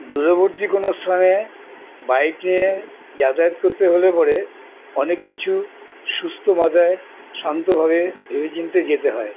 দূরবর্তী কোনো স্থানে বাইক নিয়ে যাতায়াত করতে হলে পরে অনেক কিছু সুস্থ মাথায় শান্তভাবে ভেবে চিনতে যেতে হয়